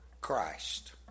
Christ